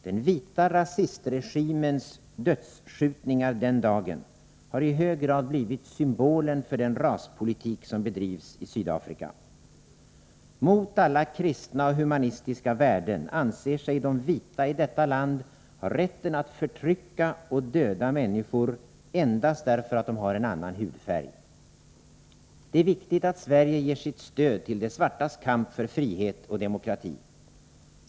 Den vita rasistregimens dödsskjutningar den dagen har i hög grad blivit symbolen för den raspolitik som bedrivs i Sydafrika. Mot alla kristna och humanistiska värden anser sig de vita i detta land ha rätten att förtrycka och döda människor endast därför att de har en annan hudfärg. Det är viktigt att Sverige ger sitt stöd till de svartas kamp för frihet och demokrati.